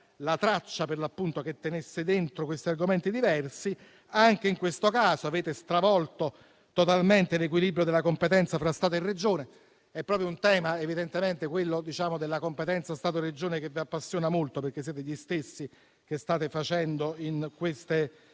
la traccia che tenesse insieme questi argomenti diversi. Anche in questo caso, avete stravolto totalmente l'equilibrio della competenza tra Stato e Regioni. Evidentemente è un tema, quello della competenza Stato-Regione, che vi appassiona molto, perché voi siete gli stessi che, in queste